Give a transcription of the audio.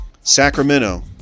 Sacramento